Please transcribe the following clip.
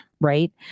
Right